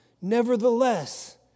Nevertheless